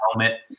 helmet